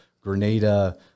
Grenada